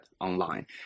online